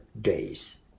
days